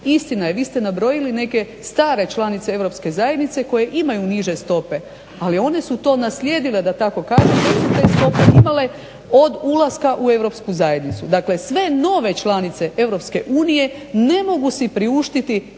Istina je, vi ste nabrojili neke stare članice Europske zajednice koje imaju niže stope, ali one su to naslijedile da tako kažem … stope imale od ulaska u Europsku zajednicu. Dakle sve nove članice Europske unije ne mogu si priuštiti